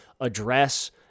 address